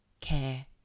care